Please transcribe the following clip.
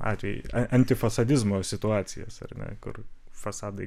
atvejį antifasadizmo situacijos ar ne kur fasadai